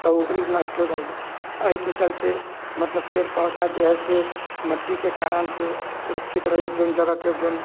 तऽ वो भी नष्ट हो जाइया एहिके चलते मतलब पेड़ पौधा जे है से मट्टीके कारण से सुरक्षित रहैया जौन जगहके जौन